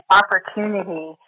opportunity